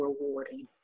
rewarding